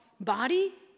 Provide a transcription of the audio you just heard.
body